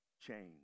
Change